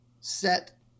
set